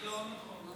זה לא נכון.